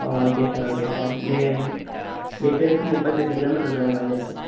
ஆ okay sir okay sir லே லிட்டருக்கு முப்பத்தஞ்சு கிலோ மீட்ரு தரும் மைலேஜ்ஜு